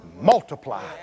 multiply